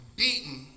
beaten